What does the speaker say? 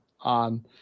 on